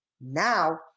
Now